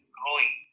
growing